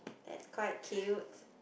that's quite cute